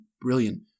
brilliant